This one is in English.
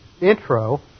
intro